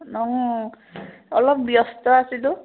অঁ অলপ ব্যস্ত আছিলোঁ